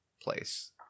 place